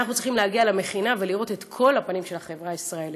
אנחנו צריכים להגיע למכינה ולראות את כל הפנים של החברה הישראלית.